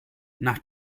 nach